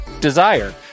Desire